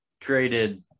traded